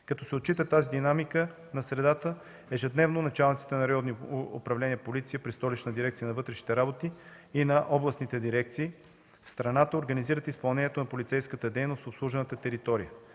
Като се отчита тази динамика на средата, ежедневно началниците на районни управления „Полиция” при Столична дирекция на вътрешните работи и на областните дирекции в страната организират изпълнението на полицейската дейност в обслужената територия.